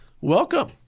welcome